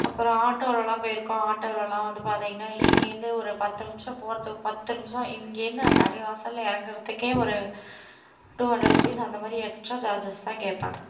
அப்புறம் ஆட்டோலெலாம் போயிருக்கோம் ஆட்டோலெலாம் வந்து பார்த்திங்கனா இங்கே இருந்து ஒரு பத்து நிமிடம் போகிறதுக்கு பத்து நிமிடம் இங்கேருந்து அந்த அடி வாசலில் இறங்குறதுக்கே ஒரு டூ ஹண்ட்ரட் ரூபீஸ் அந்த மாதிரி எக்ஸ்ட்ரா சார்ஜஸ் தான் கேட்பாங்க